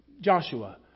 Joshua